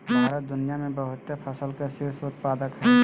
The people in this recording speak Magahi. भारत दुनिया में बहुते फसल के शीर्ष उत्पादक हइ